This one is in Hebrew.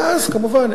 ואז כמובן,